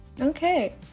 Okay